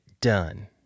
done